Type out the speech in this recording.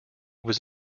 was